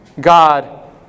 God